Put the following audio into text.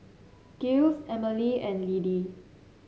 Giles Emilee and Lidie